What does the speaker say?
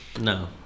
No